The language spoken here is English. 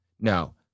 No